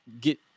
get